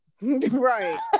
Right